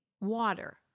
water